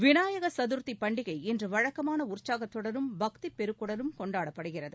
விநாயக சதுர்த்தி பண்டிகை இன்று வழக்கமான உற்சாகத்துடனும் பக்தி பெருக்குடனும் கொண்டாடப்படுகிறது